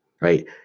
Right